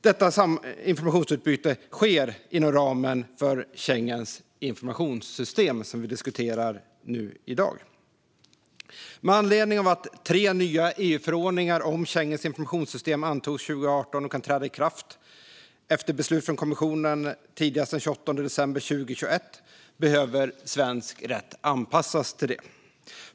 Detta informationsutbyte sker inom ramen för Schengens informationssystem, som vi diskuterar nu i dag. Med anledning av att tre nya EU-förordningar om Schengens informationssystem antogs 2018 och kan träda i kraft tidigast den 28 december 2021 efter beslut av kommissionen behöver svensk rätt anpassas.